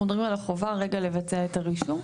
מדברים על החובה כרגע לבצע את הרישום.